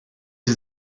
sie